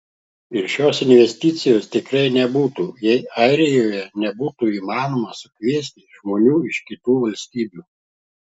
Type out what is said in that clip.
ir šios investicijos tikrai nebūtų jei airijoje nebūtų įmanoma sukviesti žmonių iš kitų valstybių